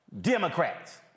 Democrats